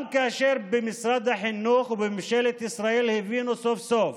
גם כאשר במשרד החינוך ובממשלת ישראל הבינו סוף-סוף